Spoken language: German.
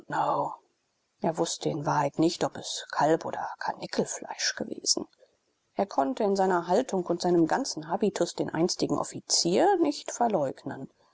er wußte in wahrheit nicht ob es kalb oder karnickelfleisch gewesen er konnte in seiner haltung und seinem ganzen habitus den einstigen offizier nicht verleugnen